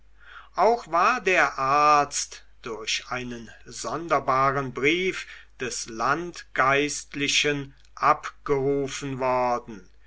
auch war der arzt durch einen sonderbaren brief des landgeistlichen abgerufen worden